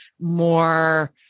more